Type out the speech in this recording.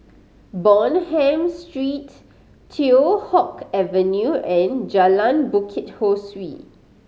Bonham Street Teow Hock Avenue and Jalan Bukit Ho Swee